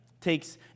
takes